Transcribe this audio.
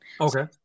okay